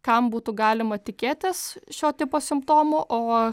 kam būtų galima tikėtis šio tipo simptomų o